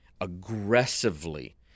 aggressively